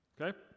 okay